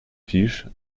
fiche